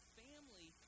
family